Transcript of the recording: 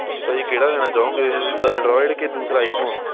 ਤੁਸੀਂ ਭਾਅ ਜੀ ਕਿਹੜਾ ਲੈਣਾ ਚਾਹੋਗੇ ਐਂਡਰਾਇਡ ਕਿ ਦੂਸਰਾ ਆਈ ਫੋਨ